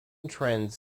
trends